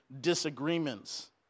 disagreements